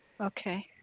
Okay